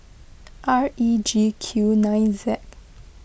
R E G Q nine Z